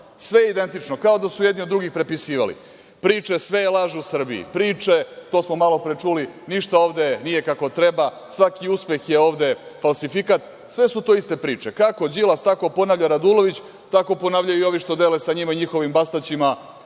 Sve je identično, kao da su jedni od drugih prepisivaliPriče – sve je laž u Srbiji, priče, to smo malopre čuli, ništa ovde nije kako treba, svaki uspeh je ovde falsifikat, sve su to iste priče, kako Đilas, tako ponavlja Radulović, tako ponavljaju i ovi što dele sa njima i njihovim Bastaćima